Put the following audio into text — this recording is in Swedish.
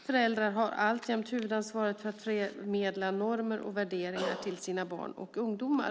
Föräldrar har alltjämt huvudansvaret för att förmedla normer och värderingar till sina barn och ungdomar.